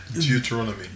Deuteronomy